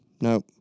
nope